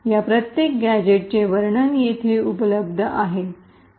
या प्रत्येक गॅझेटचे वर्णन येथे उपलब्ध आहे